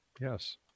yes